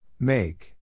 Make